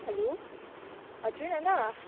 hello हजुर नाना